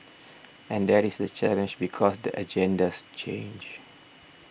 and that is the challenge because the agendas change